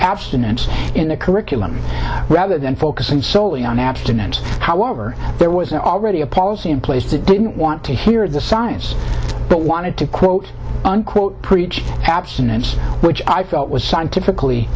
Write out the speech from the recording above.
abstinence in the curriculum rather than focusing solely on abstinence however there was already a policy in place that didn't want to hear the science but wanted to quote unquote preach abstinence which i felt was scientifically